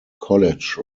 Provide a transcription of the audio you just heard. college